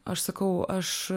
aš sakau aš